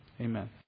Amen